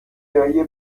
دایی